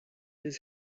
his